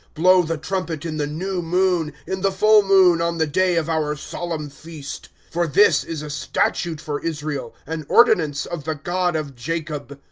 blow the trumpet in the new moon in the full moon on the day of our solemn feast, for this is a statute for israel, an ordinance of the god of jacob.